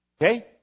Okay